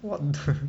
what the